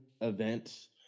events